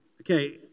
Okay